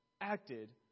acted